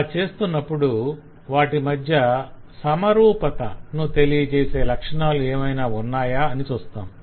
అలా చేస్తున్నప్పుడు వాటి మధ్య సమరూపతను తెలియజేసే లక్షణాలు ఏమైనా ఉన్నాయా అని చూస్తాం